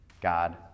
God